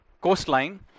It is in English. coastline